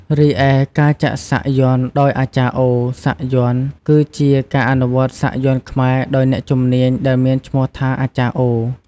រីឯការចាក់សាក់យ័ន្តដោយ អាចារ្យអូ សាក់យ័ន្ត គឺជាការអនុវត្តន៍សាក់យ័ន្តខ្មែរដោយអ្នកជំនាញដែលមានឈ្មោះថា អាចារ្យអូ។